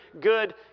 good